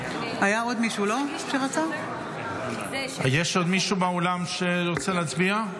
האם יש עוד מישהו באולם שרוצה להצביע?